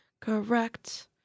correct